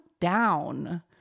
down